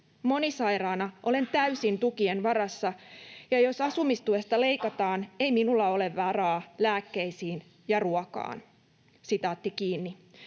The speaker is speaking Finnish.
Monisairaana olen täysin tukien varassa, ja jos asumistuesta leikataan, ei minulla ole varaa lääkkeisiin ja ruokaan.” ”Opiskelen,